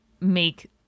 make